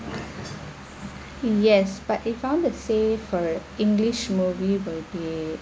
yes but they found the say for english movie will be